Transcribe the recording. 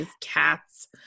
cats